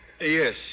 Yes